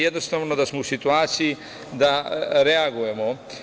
Jednostavno, da smo u situaciji da reagujemo.